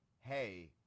hey